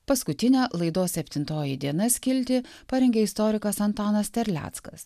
paskutinę laidos septintoji diena skiltį parengė istorikas antanas terleckas